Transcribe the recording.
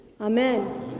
amen